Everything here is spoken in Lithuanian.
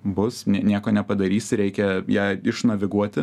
bus ne nieko nepadarysi reikia ją išnaviguoti